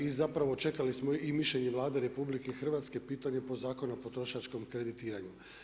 I zapravo i čekali smo i mišljenje Vlade Rh, pitanje o Zakonu o potrošačkom kreditiranju.